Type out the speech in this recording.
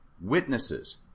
witnesses